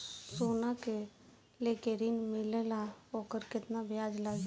सोना लेके ऋण मिलेला वोकर केतना ब्याज लागी?